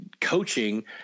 coaching